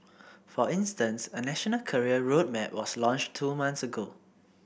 for instance a national career road map was launched two months ago